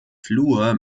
flur